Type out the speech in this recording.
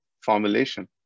formulation